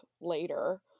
later